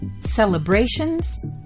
celebrations